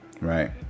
right